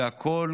והכול,